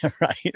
Right